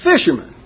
Fishermen